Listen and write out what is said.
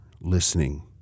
listening